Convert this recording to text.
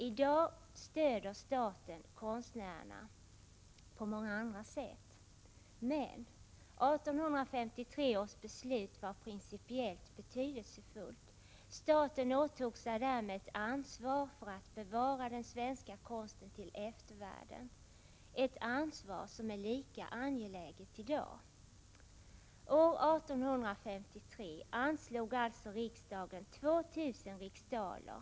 I dag stöder staten konstnärerna på många andra sätt, men 1853 års beslut var principiellt betydelsefullt. Staten åtog sig därmed ett ansvar för att bevara den svenska konsten till eftervärlden, ett ansvar som är lika angeläget i dag. År 1853 anslog riksdagen alltså 2 000 riksdaler.